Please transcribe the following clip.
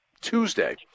Tuesday